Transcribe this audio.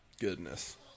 goodness